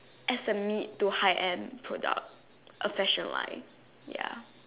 as a mid to high end product a fashion line ya